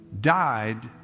died